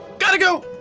gotta go!